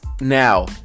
now